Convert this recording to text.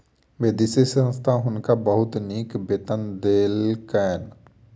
विदेशी संस्था हुनका बहुत नीक वेतन देलकैन